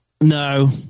No